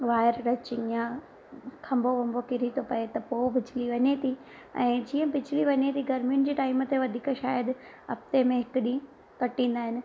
wire या खंभो बंभो किरी थो पए त पोइ बिजली वञे थी ऐं जीअं बिजली वञे थी गरमियुनि जे टाइम ते शायदि हफ़्ते में हिकु ॾींहुं कटींदा आहिनि